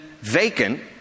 vacant